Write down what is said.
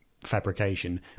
fabrication